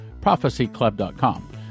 prophecyclub.com